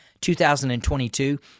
2022